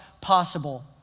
possible